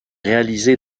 réalisés